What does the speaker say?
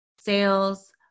sales